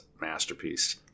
masterpiece